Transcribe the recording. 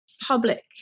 public